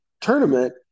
tournament